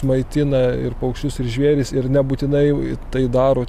maitina ir paukščius ir žvėris ir nebūtinai tai daro